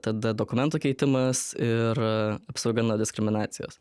tada dokumentų keitimas ir apsauga nuo diskriminacijos